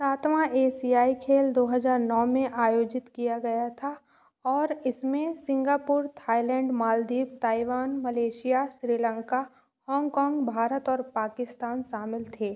सातवाँ एशियाई खेल दो हजार नौ में आयोजित किया गया था और इसमें Singapore Thailand Maldives Taiwan Malaysia Sri Lanka Hong Kong Bharat और पाकिस्तान शामिल थे